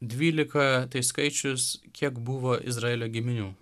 dvylika tai skaičius kiek buvo izraelio giminių